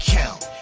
count